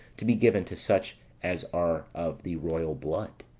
to be given to such as are of the royal blood.